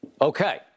Okay